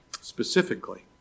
Specifically